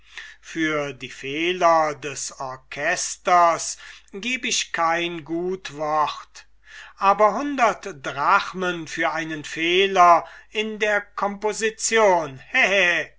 für die fehler des orchesters geb ich kein gut wort aber hundert drachmen für einen fehler in der composition